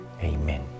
Amen